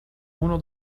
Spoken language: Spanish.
uno